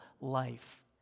life